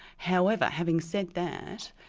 however, having said that,